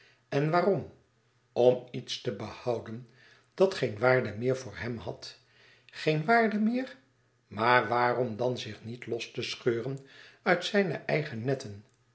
en waarom om iets te behouden dat geen waarde meer voor hem had geen waarde meer maar waarom dan zich niet los te scheuren uit zijne eigen netten